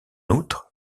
outre